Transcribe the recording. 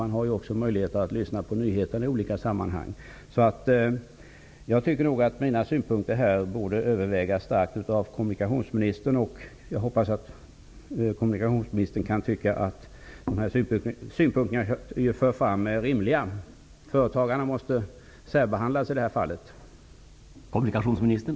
Man har också möjlighet att lyssna på nyhetsutsändningar av olika slag. Jag tycker att mina synpunkter starkt borde övervägas av kommunikationsministern, och jag hoppas att han tycker att de är rimliga. Företagarna måste särbehandlas i detta sammanhang.